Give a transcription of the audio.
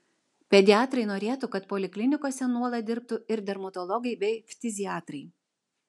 pediatrai norėtų kad poliklinikose nuolat dirbtų ir dermatologai bei ftiziatrai